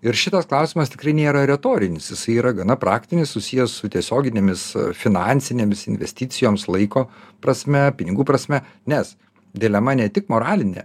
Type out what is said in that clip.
ir šitas klausimas tikrai nėra retorinis jisai yra gana praktinis susijęs su tiesioginėmis finansinėmis investicijoms laiko prasme pinigų prasme nes dilema ne tik moralinė